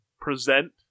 present